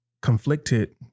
conflicted